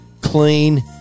clean